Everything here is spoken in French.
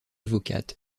avocate